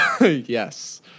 Yes